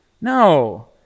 No